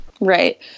Right